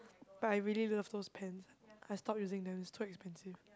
but I really love those pens ah I stopped using them it's too expensive